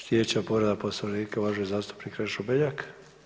Slijedeća povreda Poslovnika uvaženi zastupnik Krešo Beljak.